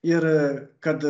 ir kad